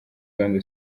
gahunda